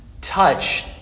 touch